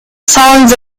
songs